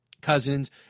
Cousins